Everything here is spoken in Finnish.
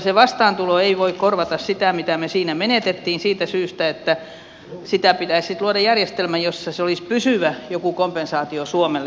se vastaantulo ei voi korvata sitä mitä me siinä menetimme siitä syystä että pitää sitten luoda järjestelmä jossa olisi joku pysyvä kompensaatio suomelle